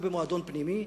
כמו במועדון פנימי,